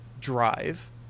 drive